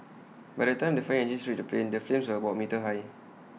by the time the fire engines reached the plane the flames were about A metre high